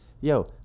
Yo